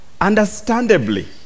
understandably